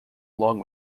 along